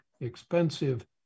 expensive